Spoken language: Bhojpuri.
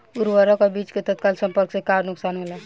उर्वरक अ बीज के तत्काल संपर्क से का नुकसान होला?